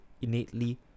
innately